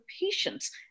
patients